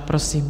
Prosím.